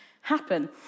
happen